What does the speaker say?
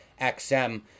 XM